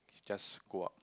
just go up